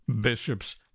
bishops